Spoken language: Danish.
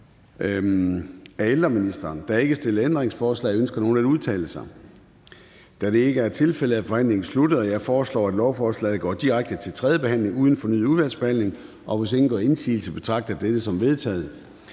Gade): Der er ikke stillet ændringsforslag. Ønsker nogen at udtale sig? Da det ikke er tilfældet, er forhandlingen sluttet. Jeg foreslår, at lovforslaget går direkte til tredje behandling uden fornyet udvalgsbehandling, og hvis ingen gør indsigelse, betragter jeg dette som vedtaget.